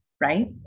right